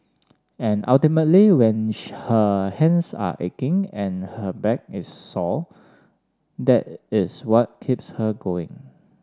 and ultimately when hands are aching and her back is sore that is what keeps her going